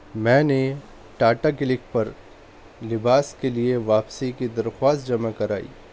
میں نے ٹاٹا کلک پر لباس کے لیے واپسی کی درخواست جمع کرائی